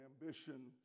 Ambition